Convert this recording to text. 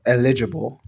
eligible